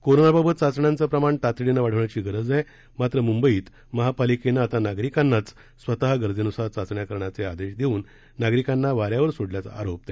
कोरोनाबाबत चाचण्यांचं प्रमाण तातडीनं वाढवण्याची गरज आहे मात्र मूंबईत महापालिकेनं आता नागरीकांनाच स्वत गरजेनुसार चाचण्या करण्याचे आदेश देऊन नागरीकांना वाऱ्यावर सोडल्याचा आरोप त्यांनी केला